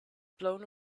blown